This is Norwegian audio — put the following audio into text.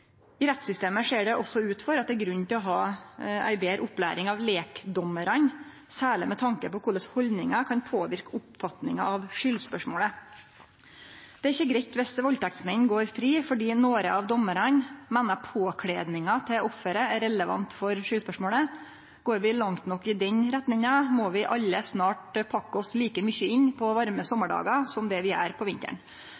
I rettssystemet ser det også ut til at det er grunn til å ha ei betre opplæring av lekdommarane, særleg med tanke på korleis haldningar kan påverke oppfatninga av skuldspørsmålet. Det er ikkje greitt viss valdtektsmenn går fri fordi nokre av dommarane meiner påkledninga til offeret er relevant for skuldspørsmålet. Går vi langt nok i den retninga, må vi alle snart pakke oss like mykje inn på varme sommardagar som